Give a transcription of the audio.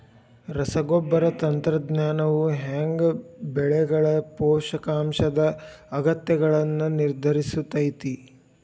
ರಸಗೊಬ್ಬರ ತಂತ್ರಜ್ಞಾನವು ಹ್ಯಾಂಗ ಬೆಳೆಗಳ ಪೋಷಕಾಂಶದ ಅಗತ್ಯಗಳನ್ನ ನಿರ್ಧರಿಸುತೈತ್ರಿ?